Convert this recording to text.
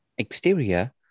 Exterior